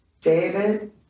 David